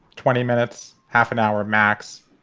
twenty minutes, half an hour, max,